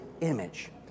image